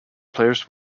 players